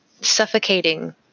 suffocating